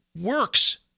works